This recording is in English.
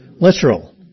Literal